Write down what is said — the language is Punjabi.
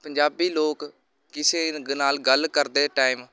ਪੰਜਾਬੀ ਲੋਕ ਕਿਸੇ ਨਾਲ ਗੱਲ ਕਰਦੇ ਟਾਈਮ